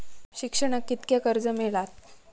शिक्षणाक कीतक्या कर्ज मिलात?